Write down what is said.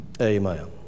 Amen